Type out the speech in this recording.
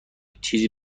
چیزی